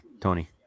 Tony